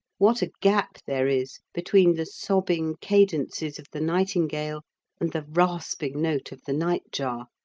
what a gap there is between the sobbing cadences of the nightingale and the rasping note of the nightjar,